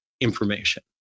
information